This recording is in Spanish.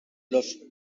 los